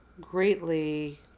greatly